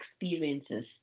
experiences